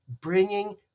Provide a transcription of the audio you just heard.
bringing